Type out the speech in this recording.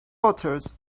voters